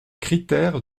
critères